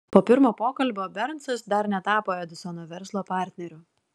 po pirmo pokalbio bernsas dar netapo edisono verslo partneriu